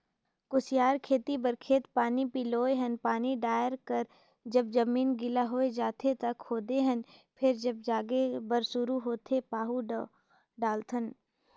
कुसियार खेती बर खेत पानी पलोए हन पानी डायल कर जब जमीन गिला होए जाथें त खोदे हन फेर जब जागे बर शुरू होथे पाहु दवा डालथन